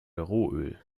rohöl